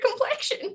complexion